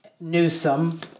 Newsom